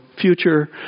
future